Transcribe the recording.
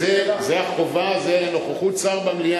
יש שם תורנויות מראש.